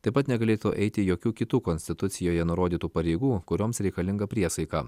taip pat negalėtų eiti jokių kitų konstitucijoje nurodytų pareigų kurioms reikalinga priesaika